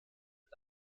mit